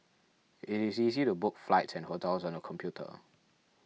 it is easy to book flights and hotels on the computer